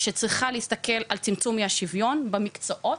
שצריכה להסתכל על צמצום אי השיוויון במקצועות.